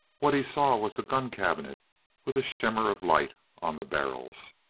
what he saw was the gun cabinet with a shimmer of light on the barrels.